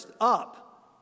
up